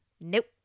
Nope